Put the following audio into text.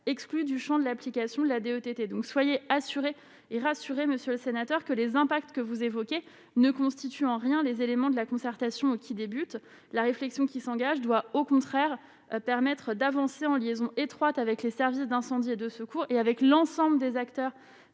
exclus du Champ de l'application de la de donc soyez assuré et rassuré, Monsieur le Sénateur, que les impacts que vous évoquez ne constitue en rien les éléments de la concertation qui débute la réflexion qui s'engage doit au contraire permettre d'avancer en liaison étroite avec les services d'incendie et de secours, et avec l'ensemble des acteurs